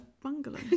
bungalow